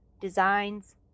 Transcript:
Designs